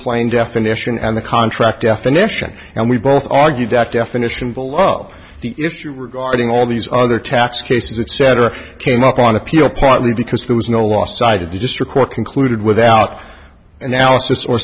plain definition and the contract definition and we both argued that definition below the issue regarding all these other tax cases cetera came up on appeal partly because there was no law cited the district court concluded without